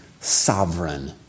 Sovereign